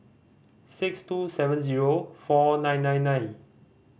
six two seven zero four nine nine nine